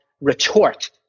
retort